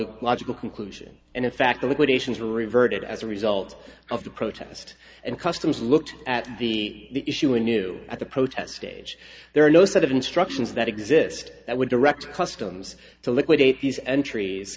logical logical conclusion and in fact the liquidations reverted as a result of the protest and customs looked at the issue in new at the protest stage there are no set of instructions that exist that would direct customs to liquidate these entries